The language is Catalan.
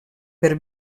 per